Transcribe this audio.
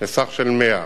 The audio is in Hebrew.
לסך של 100 ש"ח.